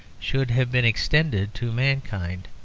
should have been extended to mankind.